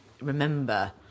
remember